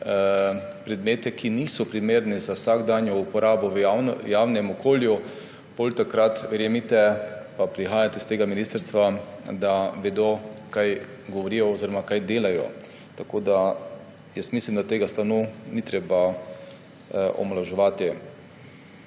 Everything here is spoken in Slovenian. predmete, ki niso primerni za vsakdanjo uporabo, v javnem okolju, potem takrat, verjemite – prihajate s tega ministrstva – da vedo, kaj govorijo oziroma kaj delajo. Mislim, da tega stanu ni treba omalovaževati.